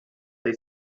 they